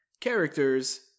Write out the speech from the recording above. characters